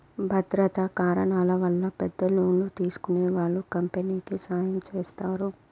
భద్రతా కారణాల వల్ల పెద్ద లోన్లు తీసుకునే వాళ్ళు కంపెనీకి సాయం చేస్తారు